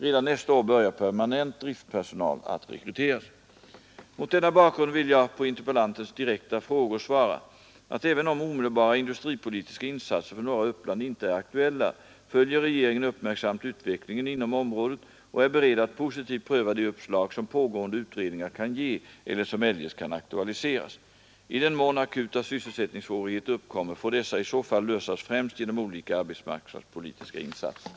Redan nästa år börjar permanent driftpersonal att rekryteras. Mot denna bakgrund vill jag på interpellantens direkta frågor svara att även om omedelbara industripolitiska insatser för norra Uppland inte är aktuella följer regeringen uppmärksamt utvecklingen inom området och är beredd att positivt pröva de uppslag som pågående utredningar kan ge eller som eljest kan aktualiseras. I den mån akuta sysselsättningssvårigheter uppkommer får dessa i så fall lösas främst genom olika arbetsmarknadspolitiska insatser.